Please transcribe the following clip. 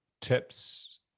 tips